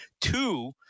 two